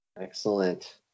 excellent